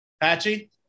Patchy